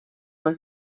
mei